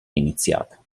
iniziata